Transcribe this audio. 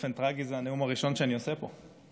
באופן טרגי זה הנאום הראשון שאני עושה פה.